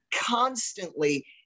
constantly